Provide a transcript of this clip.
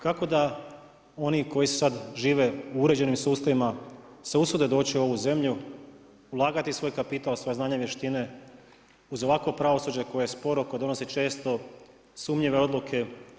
Kako da oni koji sad žive u uređenim sustavima, se usude doći u ovu zemlju, ulagati u svoj kapital, svoja znanja i vještine uz ovakvo pravosuđe koje je sporo, koje donosi često i sumnjive odluke.